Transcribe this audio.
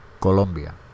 Colombia